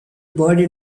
body